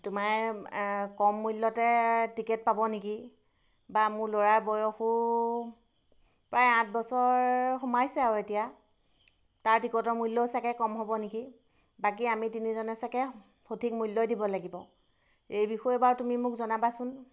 তোমাৰ কম মূল্যতে টিকেট পাব নেকি বা মোৰ ল'ৰাৰ বয়সো প্ৰায় আঠ বছৰ সোমাইছে আৰু এতিয়া তাৰ টিকটৰ মূল্যও ছাগৈ কম হ'ব নেকি বাকী আমি তিনিজনে ছাগৈ সঠিক মূল্যই দিব লাগিব এই বিষয়ে বাৰু তুমি মোক জনাবাচোন